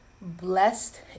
Blessed